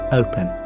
open